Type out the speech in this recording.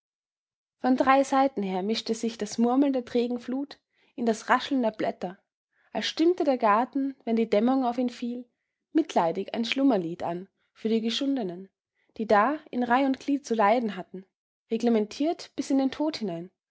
von drei seiten her mischte sich das murmeln der trägen flut in das rascheln der blätter als stimmte der garten wenn die dämmerung auf ihn fiel mitleidig ein schlummerlied an für die geschundenen die da in reih und glied zu leiden hatten reglementiert bis in den tod hinein